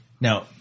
Now